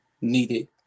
needed